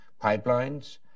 pipelines